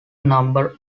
number